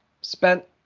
spent